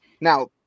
Now